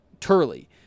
Turley